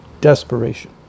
desperation